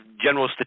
general